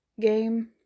game